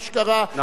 אשכרה,